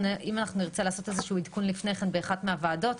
אם אנחנו נרצה לעשות איזשהו עדכון לפני כן באחת מהוועדות,